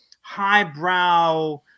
highbrow